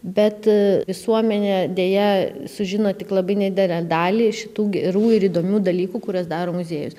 bet visuomenė deja sužino tik labai nedidelę dalį šitų gerų ir įdomių dalykų kuriuos daro muziejus